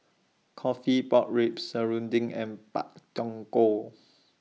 Coffee Pork Ribs Serunding and Pak Thong Ko